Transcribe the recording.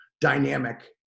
dynamic